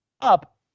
up